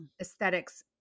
aesthetics